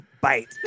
bite